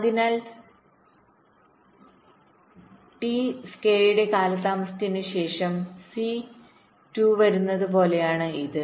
അതിനാൽ ടി സ്കെയുടെ കാലതാമസത്തിന് ശേഷം സി 2 വരുന്നത് പോലെയാണ് ഇത്